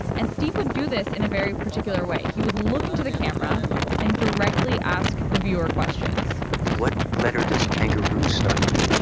and steve would do this in a very particular way. he would look into the camera and directly ask the viewer questions what letter does kangaroo start with?